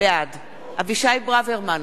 בעד אבישי ברוורמן,